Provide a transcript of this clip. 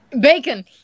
Bacon